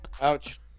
Ouch